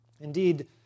Indeed